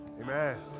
Amen